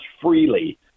freely